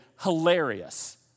hilarious